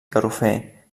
garrofer